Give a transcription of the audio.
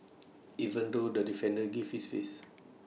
even though the defender gave this face